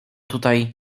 tutaj